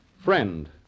Friend